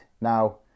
Now